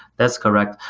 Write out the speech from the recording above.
that's correct.